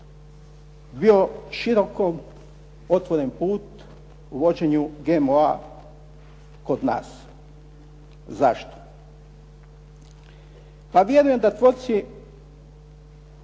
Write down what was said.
bio široko otvoren put uvođenjem GMO-a kod nas. Zašto? Pa vjerujem da ...